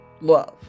love